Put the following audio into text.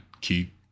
Keep